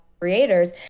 creators